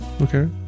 Okay